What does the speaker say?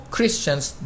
Christians